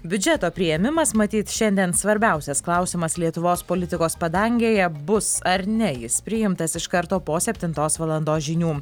biudžeto priėmimas matyt šiandien svarbiausias klausimas lietuvos politikos padangėje bus ar ne jis priimtas iš karto po septintos valandos žinių